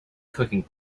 cooking